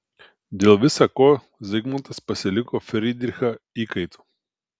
dėl visa ko zigmantas pasiliko fridrichą įkaitu